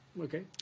Okay